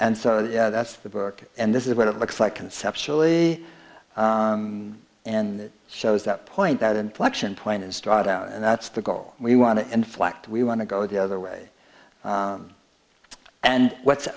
and so yeah that's the book and this is what it looks like conceptually and it shows that point that inflection point and start out and that's the goal we want to inflect we want to go the other way and what's